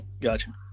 gotcha